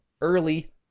early